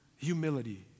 Humility